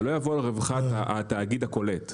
זה לא יבוא על חשבון רווחת התאגיד הקולט,